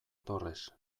torres